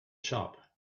shop